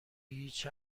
هیچ